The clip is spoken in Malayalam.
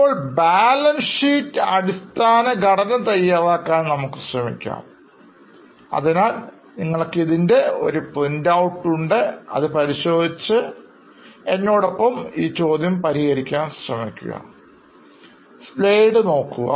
ഇപ്പോൾ ബാലൻസ്ഷീറ്റ് അടിസ്ഥാനഘടന തയ്യാറാക്കാൻ നമ്മൾക്കു ശ്രമിക്കാം അതിനാൽ നിങ്ങൾക്ക് ഇതിൻറെ ഒരു പ്രിൻറ് ഔട്ട് ഉണ്ട് അത് പരിശോധിച്ച് എന്നോടൊപ്പം ഈ ചോദ്യം പരിഹരിക്കാൻ ശ്രമിക്കുക